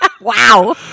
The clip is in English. Wow